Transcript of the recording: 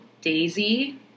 Daisy